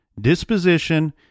disposition